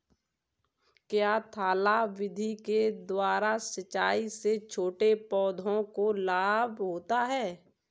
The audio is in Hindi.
क्या थाला विधि के द्वारा सिंचाई से छोटे पौधों को लाभ होता है?